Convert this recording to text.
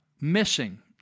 missing